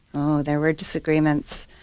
there were disagreements.